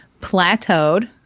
plateaued